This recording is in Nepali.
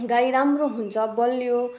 गाई राम्रो हुन्छ बलियो